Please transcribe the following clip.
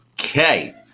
okay